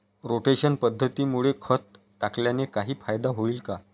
Rotation पद्धतीमुळे खत टाकल्याने काही फायदा होईल का?